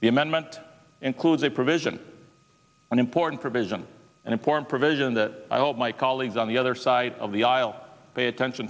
the amendment includes a provision an important provision an important provision that i hope my colleagues on the other side of the aisle pay attention